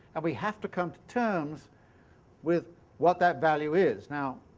and we have to come to terms with what that value is. now,